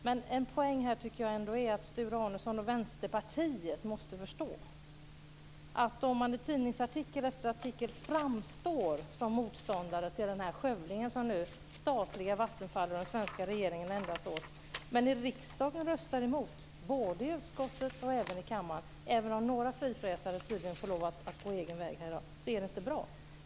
Men en poäng är ändå att Sture Arnesson och Vänsterpartiet måste förstå att om man i tidningsartikel efter tidningsartikel framstår som motståndare till den skövling som nu statliga Vattenfall och den svenska regeringen ägnar sig åt men i riksdagen röstar emot, både i utskottet och i kammaren - även om några frifräsare tydligen får lov att gå sin egen väg - är det inte bra.